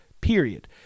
period